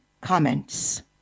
comments